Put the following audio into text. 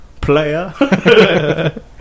player